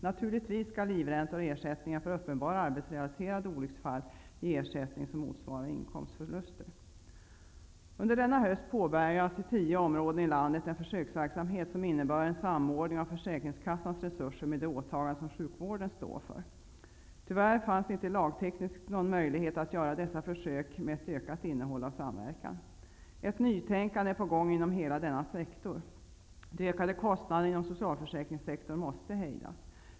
Naturligtvis skall livräntor och ersättning för uppenbara arbetsrelaterade olycksfall ge ersättning som motsvarar inkomstförluster. Under denna höst påbörjas i tio områden i landet en försöksverksamhet som innebär en samordning av försäkringskassans resurser med de åtaganden som sjukvården står för. Tyvärr fanns det inte lagtekniskt någon möjlighet att göra dessa försök med ett ökat innehåll av samverkan. Ett nytänkande är på gång inom hela denna sektor. De ökade kostnaderna inom socialförsäkringssektorn måste hejdas.